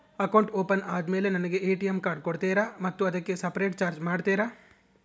Account open ಆದಮೇಲೆ ನನಗೆ ATM card ಕೊಡ್ತೇರಾ ಮತ್ತು ಅದಕ್ಕೆ ಸಪರೇಟ್ ಚಾರ್ಜ್ ಮಾಡ್ತೇರಾ?